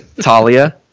talia